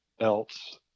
else